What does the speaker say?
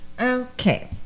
okay